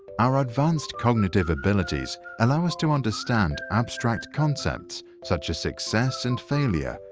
our advanced cognitive abilities allow us to understand abstract concepts such as success and failure,